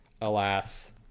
alas